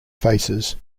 faces